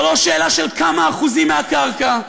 זו לא שאלה של כמה אחוזים מהקרקע,